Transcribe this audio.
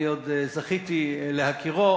אני עוד זכיתי להכירו